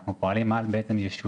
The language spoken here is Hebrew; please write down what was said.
אנחנו פועלים על ישויות